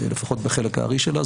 לפחות בחלק הארי שלה,